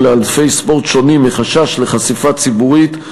לענפי ספורט שונים מחשש לחשיפה ציבורית,